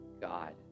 God